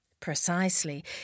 Precisely